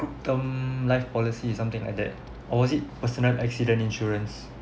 term life policy is something like that or was it personal accident insurance